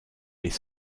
les